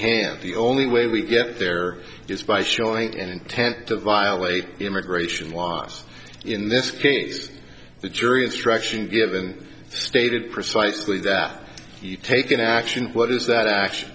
hand the only way we get there is by showing an intent to violate immigration laws in this case the jury instruction given stated precisely that take an action what is that action